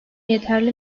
yeterli